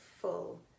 full